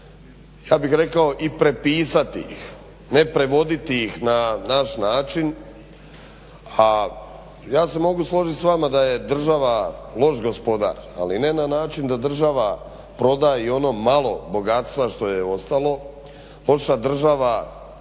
ja bih rekao i prepisati ih, ne prevoditi ih na naš način. A ja se mogu složiti s vama da je država loš gospodar, ali ne na način da država proda i ono malo bogatstva što je ostalo. Loša država je